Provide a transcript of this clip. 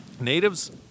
natives